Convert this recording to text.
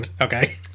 okay